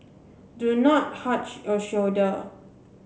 do not hunch your shoulder